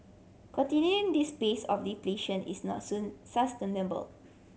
continuing this pace of depletion is not soon sustainable